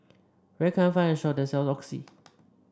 where can I find a shop that sell Oxy